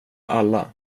alla